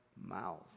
mouth